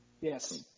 Yes